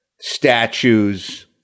statues